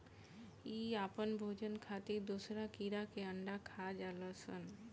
इ आपन भोजन खातिर दोसरा कीड़ा के अंडा खा जालऽ सन